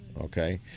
Okay